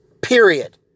Period